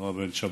נעה בן שבת,